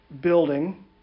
building